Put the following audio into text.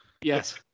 Yes